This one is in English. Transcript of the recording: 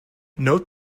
note